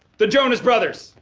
the jonas brothers.